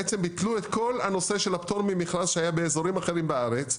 בעצם ביטלו את כל הנושא הל הפטור ממכרז שהיה באזורים אחרים בארץ,